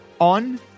On